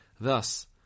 Thus